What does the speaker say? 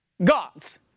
God's